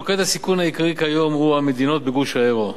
מוקד הסיכון העיקרי כיום הוא המדינות בגוש היורו.